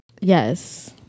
Yes